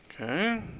Okay